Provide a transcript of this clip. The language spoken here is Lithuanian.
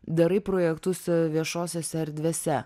darai projektus viešosiose erdvėse